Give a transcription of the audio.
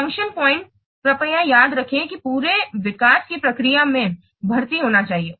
function point कृपया याद रखें कि पूरे विकास की प्रक्रिया में भर्ती होना चाहिए